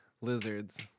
Lizards